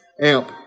Amp